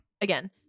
again